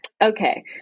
Okay